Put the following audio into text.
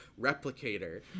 replicator